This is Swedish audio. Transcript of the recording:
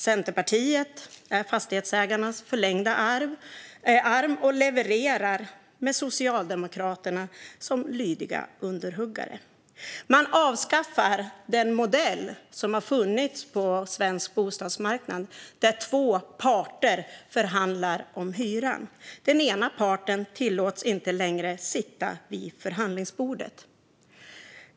Centerpartiet är Fastighetsägarnas förlängda arm och levererar med Socialdemokraterna som lydiga underhuggare. Man avskaffar den modell som har funnits på svensk bostadsmarknad, där två parter förhandlar om hyran. Den ena parten tillåts inte längre sitta vid förhandlingsbordet.